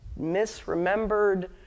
misremembered